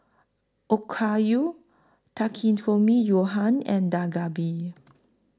Okayu Takikomi Gohan and Dak Galbi